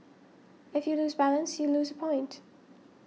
if you lose balance you lose point